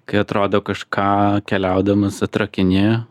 kai atrodo kažką keliaudamas atrakini